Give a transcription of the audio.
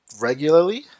regularly